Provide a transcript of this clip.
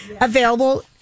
available